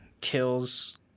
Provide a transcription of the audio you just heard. kills